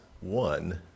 one